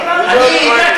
ויש רבים